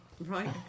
Right